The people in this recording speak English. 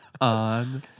on